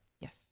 Yes